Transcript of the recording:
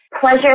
pleasure